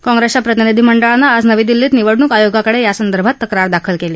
काँग्रेसच्या प्रतिनिधीमंडळानं आज नवी दिल्लीत निवडणूक आयोगाकडे यांसदर्भात तक्रार दाखल केली